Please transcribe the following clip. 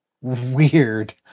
Weird